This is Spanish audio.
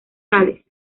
sales